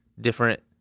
different